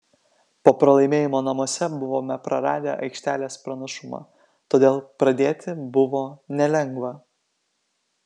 po pralaimėjimo namuose buvome praradę aikštelės pranašumą todėl pradėti buvo nelengva